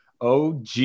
og